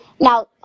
Now